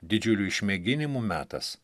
didžiulių išmėginimų metas